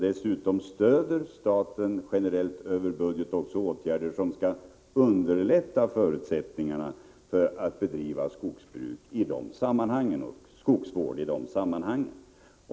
Dessutom stöder staten, också generellt över budgeten, åtgärder som syftar till att förbättra förutsättningarna att bedriva skogsbruk och skogsvård i dessa sammanhang.